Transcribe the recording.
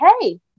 hey